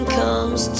comes